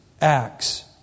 acts